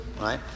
Right